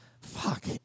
fuck